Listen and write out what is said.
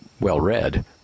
well-read